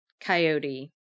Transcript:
coyote